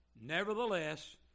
Nevertheless